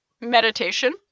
meditation